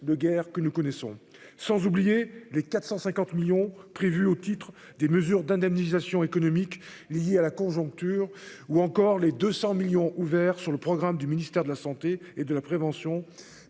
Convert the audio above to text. de guerre que nous connaissons. Sans oublier les 450 millions d'euros prévus au titre des mesures d'indemnisation économiques liées à la conjoncture ou encore les 200 millions d'euros ouverts sur le programme du ministère de la santé et de la prévention